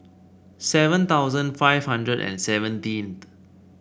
seven thousand five hundred and seventeenth